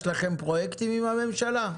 יש לכם פרויקטים עם הממשלה?